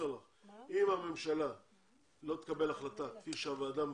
אם הממשלה לא תקבל החלטה כפי שהוועדה מבקשת,